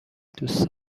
دوست